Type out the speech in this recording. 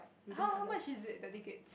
how how much is it the ticket